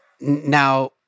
Now